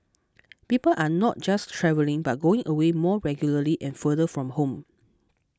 people are not just travelling but going away more regularly and farther from home